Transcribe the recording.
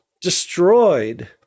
destroyed